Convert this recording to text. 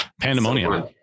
pandemonium